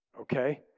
Okay